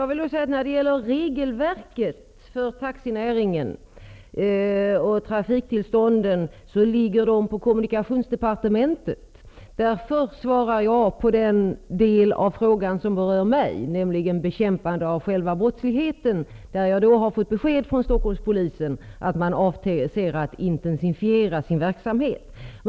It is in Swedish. Herr talman! Ansvaret för regelverket för taxinäringen och trafiktillstånden ligger på kommunikationsdepartementet. Därför svarar jag på den del av frågan som berör mig, nämligen bekämpandet av själva brottsligheten. Jag har fått besked från Stockholmspolisen om att man avser att intensifiera sin verksamhet.